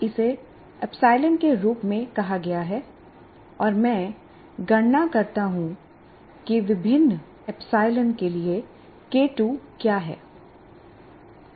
इसे एप्सिलॉन के रूप में कहा गया है और मैं गणना करता हूं कि विभिन्न एप्सिलॉन के लिए के2 क्या है